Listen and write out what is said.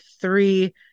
three